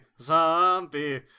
zombie